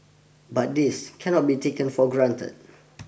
but this cannot be taken for granted